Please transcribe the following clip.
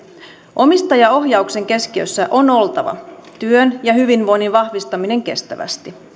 omistajaohjauksen keskiössä on oltava työn ja hyvinvoinnin vahvistaminen kestävästi